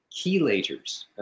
chelators